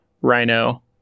Rhino